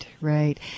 right